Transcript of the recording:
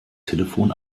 telefon